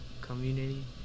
community